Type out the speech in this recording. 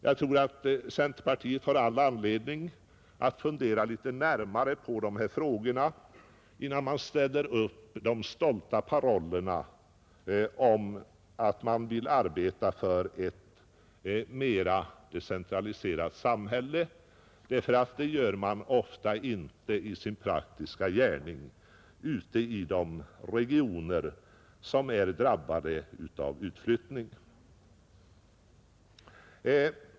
Jag tror att centerpartiet har all anledning att fundera litet mer på dessa frågor, innan man avger de stolta parollerna om att man vill arbeta för ett mera decentraliserat samhälle. Det gör man nämligen inte nu i sin praktiska gärning i de regioner som är drabbade av utflyttning.